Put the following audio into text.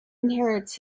inherits